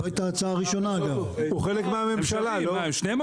הוא חלק מהממשלה לא?